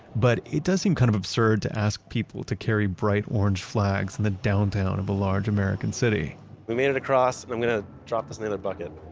but it does seem kind of absurd to ask people to carry bright orange flags in the downtown of a large american city we made it across. i'm going to drop this in the bucket.